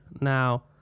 Now